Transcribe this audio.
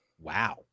Wow